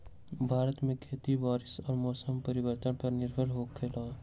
भारत में खेती बारिश और मौसम परिवर्तन पर निर्भर होयला